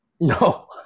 no